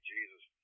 Jesus